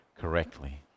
correctly